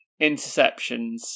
Interceptions